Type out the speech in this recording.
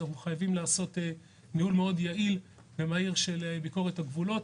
אנחנו חייבים לעשות ניהול מאוד יעיל ומהיר של ביקורת הגבולות.